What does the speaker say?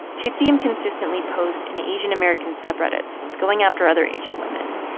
she'd see him consistently post in asian-american subreddits, going after other asian women.